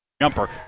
jumper